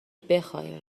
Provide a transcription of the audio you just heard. بخای